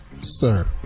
Sir